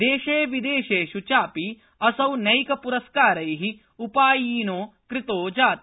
देशे विदेशेष् चापि असौ नैकप्रस्कारै उपायनीकृतो जात